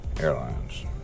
Airlines